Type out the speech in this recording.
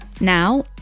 Now